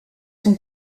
sont